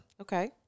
Okay